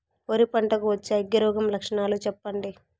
వరి పంట కు వచ్చే అగ్గి రోగం లక్షణాలు చెప్పండి?